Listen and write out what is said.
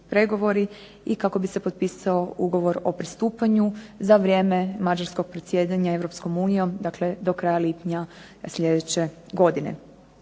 pregovori, i kako bi se potpisao ugovor o pristupanju, za vrijeme mađarskog predsjedanja Europskom unijom, dakle do kraja lipnja sljedeće godine.